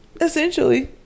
Essentially